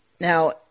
Now